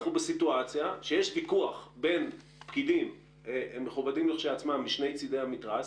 אנחנו בסיטואציה שיש ויכוח בין פקידים מכובדים כשלעצמם משני צדי המתרס,